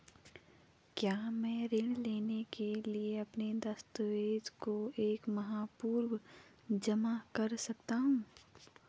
क्या मैं ऋण लेने के लिए अपने दस्तावेज़ों को एक माह पूर्व जमा कर सकता हूँ?